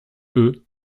eux